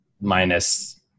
minus